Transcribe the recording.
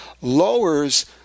lowers